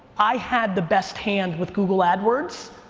i had the best hand with google adwords,